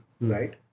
right